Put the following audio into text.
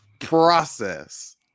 process